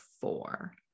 four